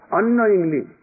unknowingly